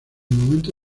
momento